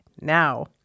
Now